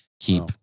keep